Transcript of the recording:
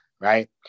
Right